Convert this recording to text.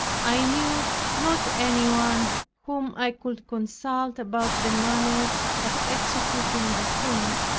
i knew not anyone whom i could consult about the manner of executing the thing,